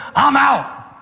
i'm out.